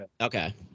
Okay